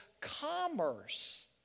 commerce